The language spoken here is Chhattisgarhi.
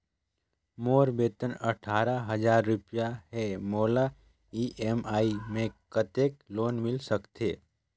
मोर वेतन अट्ठारह हजार रुपिया हे मोला ई.एम.आई मे कतेक लोन मिल सकथे?